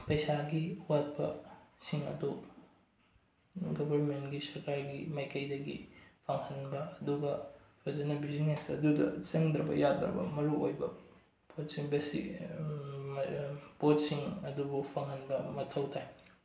ꯄꯩꯁꯥꯒꯤ ꯑꯋꯥꯠꯄꯁꯤꯡ ꯑꯗꯨ ꯒꯕꯔꯃꯦꯟꯒꯤ ꯁꯔꯀꯥꯔꯒꯤ ꯃꯥꯏꯀꯩꯗꯒꯤ ꯄꯥꯡꯍꯟꯕ ꯑꯗꯨꯒ ꯐꯖꯅ ꯕꯤꯖꯤꯅꯦꯁ ꯑꯗꯨꯗ ꯆꯪꯗ꯭ꯔꯕ ꯌꯥꯗ꯭ꯔꯕ ꯃꯔꯨ ꯑꯣꯏꯕ ꯄꯣꯠꯁꯤꯡ ꯄꯣꯠꯁꯤꯡ ꯑꯗꯨꯕꯨ ꯐꯪꯍꯟꯕ ꯃꯊꯧ ꯇꯥꯏ